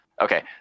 Okay